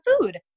food